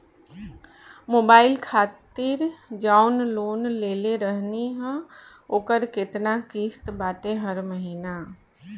Mobile खातिर जाऊन loan लेले रहनी ह ओकर केतना किश्त बाटे हर महिना?